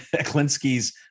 Klinsky's